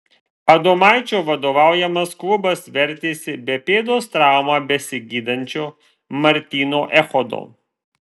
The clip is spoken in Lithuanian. adomaičio vadovaujamas klubas vertėsi be pėdos traumą besigydančio martyno echodo